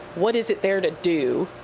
what is it there to do?